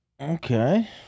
Okay